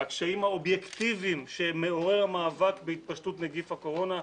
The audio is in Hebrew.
הקשיים האובייקטיביים שמעורר המאבק בהתפשטות נגיף הקורונה,